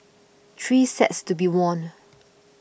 three sets to be won